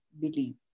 believe